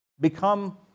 become